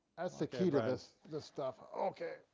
that's the key to this this stuff. okay.